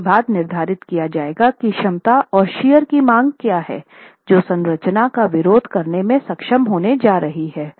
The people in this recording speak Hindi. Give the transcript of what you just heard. इसके बाद निर्धारित किया जाएगा कि क्षमता और शियर की मांग क्या है जो संरचना का विरोध करने में सक्षम होने जा रही है